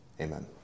Amen